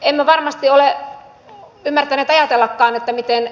emme varmasti ole ymmärtäneet ajatellakaan miten